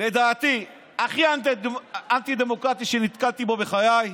לדעתי הכי אנטי-דמוקרטי שנתקלתי בו בחיי,